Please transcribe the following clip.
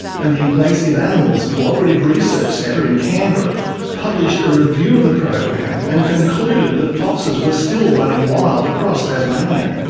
and the invasive animals cooperative research centre in canberra published a review of the program and concluded that foxes were still running wild across tasmania.